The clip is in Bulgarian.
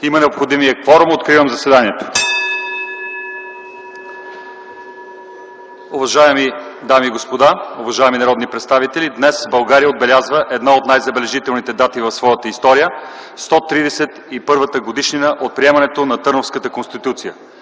Имаме необходимия кворум – откривам заседанието. Уважаеми дами и господа, уважаеми народни представители! Днес България отбелязва една от най-забележителните дати в своята история – 131-та годишнина от приемането на Търновската конституция.